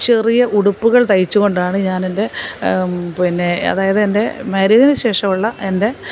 ചെറിയ ഉടുപ്പുകൾ തയ്ച്ച് കൊണ്ടാണ് ഞാനെൻ്റെ പിന്നെ അതായത് എൻ്റെ മാരേജിന് ശേഷമുള്ള എൻ്റെ